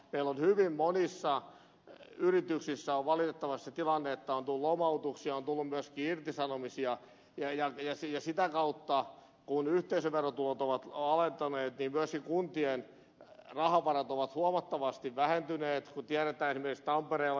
meillä hyvin monissa yrityksissä on valitettavasti se tilanne että on tullut lomautuksia on tullut myöskin irtisanomisia ja sitä kautta kun yhteisöverotulot ovat alentuneet myöskin kuntien rahavarat ovat huomattavasti vähentyneet kuten tiedetään esimerkiksi tampereella josta ed